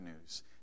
news